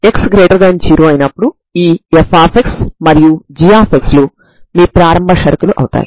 ఇక్కడ b a ≠ 0 కాబట్టి c10 అవుతుంది